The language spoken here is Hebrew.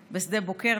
בוקר,